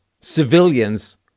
civilians